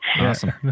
Awesome